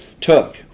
took